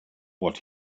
what